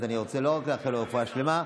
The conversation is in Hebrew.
אז אני רוצה לא רק לאחל לו רפואה שלמה,